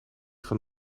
van